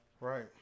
right